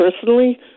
personally